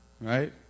right